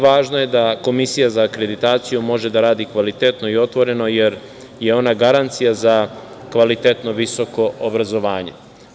Važno je da Komisija za akreditaciju može da radi kvalitetno i otvoreno jer je ona garancija za kvalitetno visoko obrazovanje.